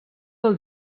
del